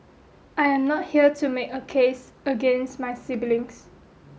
I am not here to make a case against my siblings